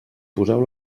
poseu